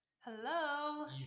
Hello